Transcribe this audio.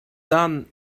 done